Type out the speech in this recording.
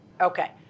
Okay